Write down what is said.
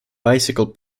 bicycle